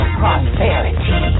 prosperity